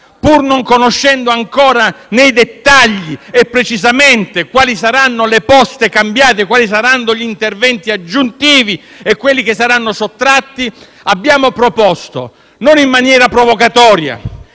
pur non conoscendo ancora nei dettagli e precisamente quali saranno le poste cambiate, quali saranno gli interventi aggiuntivi e quali verranno sottratti, abbiamo proposto, non in maniera provocatoria,